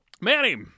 Manny